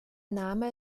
name